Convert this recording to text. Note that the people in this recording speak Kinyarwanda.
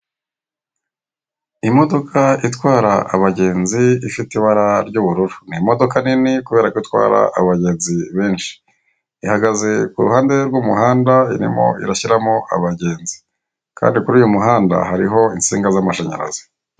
Imodoka itwara abagenzi ifite ibara ry'ubururu, ni imodoka nini kubera ko itwara abagenzi benshi ihagaze kuruhande rw'umuhanda irimo irashyiramo abagenzi kandi kuri uyu muhanda hari insinga z'amashanyarazi.